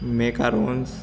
maker ounces